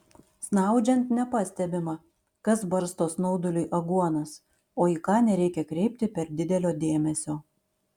snaudžiant nepastebima kas barsto snauduliui aguonas o į ką nereikia kreipti per didelio dėmesio